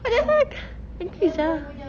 but that like dengki sia